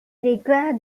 require